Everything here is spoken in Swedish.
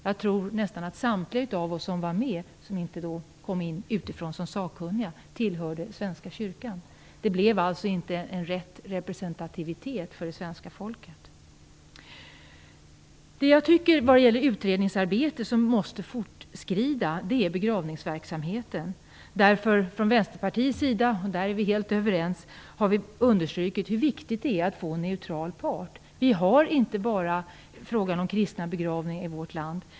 Jag tror att nästan samtliga av oss som var med och som inte kom in utifrån som sakkunniga tillhörde Svenska kyrkan. Det blev alltså inte en rätt representativitet för det svenska folket. Utredningsarbetet om begravningsverksamheten måste fortsätta. Från Vänsterpartiets sida - där är vi helt överens - har vi understrukit hur viktigt det är att få en neutral part. Vi har inte bara frågan om kristna begravningar.